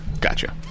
Gotcha